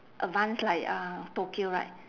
advanced like uh tokyo right